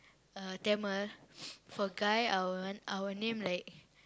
uh Tamil for guy I will I will name like